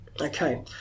Okay